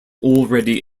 already